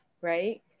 right